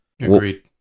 Agreed